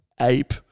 ape